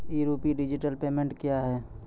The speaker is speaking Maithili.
ई रूपी डिजिटल पेमेंट क्या हैं?